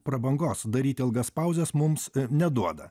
prabangos daryt ilgas pauzes mums neduoda